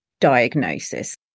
diagnosis